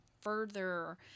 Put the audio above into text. further